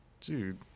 Dude